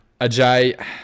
Ajay